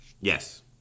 Yes